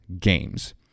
games